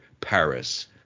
Paris